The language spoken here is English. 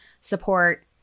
support